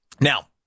Now